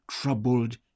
troubled